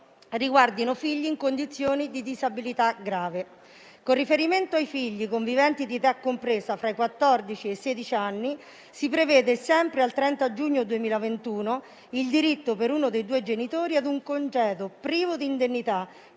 riguardino figli in condizioni di disabilità grave. Con riferimento ai figli conviventi di età compresa fra i quattordici e i sedici anni, si prevede, sempre al 30 giugno 2021, il diritto per uno dei due genitori ad un congedo privo di indennità,